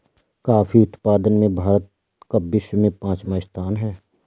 coffee उत्पादन में भारत का विश्व में पांचवा स्थान है